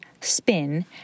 spin